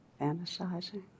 fantasizing